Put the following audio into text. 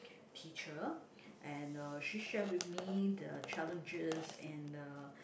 teacher and uh she shared with me the challenges and uh